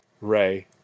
ray